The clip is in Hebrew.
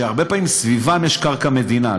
כך שהרבה פעמים סביבן יש קרקע מדינה.